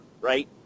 right